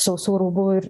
sausų rūbų ir